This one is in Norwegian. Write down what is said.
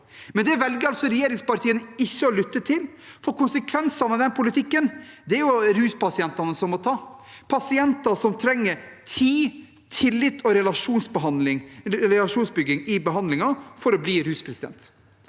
få. Det velger altså regjeringspartiene å ikke lytte til. Konsekvensene av den politikken er det ruspasientene som må ta – pasienter som trenger tid, tillit og relasjonsbygging i behandlingen for å bli rusfrie.